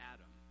Adam